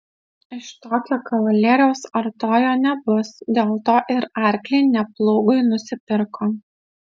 iš tokio kavalieriaus artojo nebus dėl to ir arklį ne plūgui nusipirko